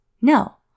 No